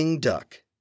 Duck